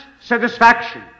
satisfaction